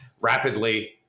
rapidly